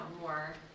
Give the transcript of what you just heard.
more